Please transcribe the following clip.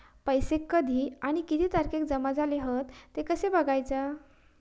पैसो कधी आणि किती तारखेक जमा झाले हत ते कशे बगायचा?